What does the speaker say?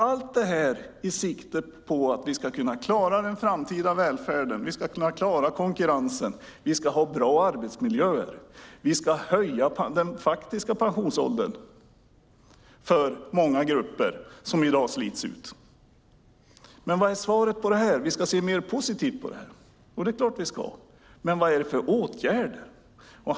Allt detta syftar till att kunna klara den framtida välfärden och konkurrensen. Vi ska ha bra arbetsmiljöer. Vi ska höja den faktiska pensionsåldern för många grupper som i dag slits ut. Men vad är svaret på detta? Vi ska se mer positivt på detta. Jo, det är klart att vi ska, men vad är det för åtgärder?